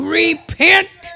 repent